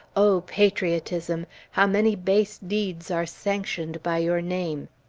o patriotism! how many base deeds are sanctioned by your name!